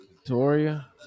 Victoria